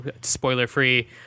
spoiler-free